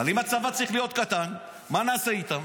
אבל אם הצבא צריך להיות קטן, מה נעשה איתם?